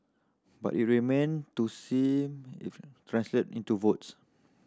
but it remain to seen if translate into votes